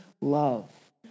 love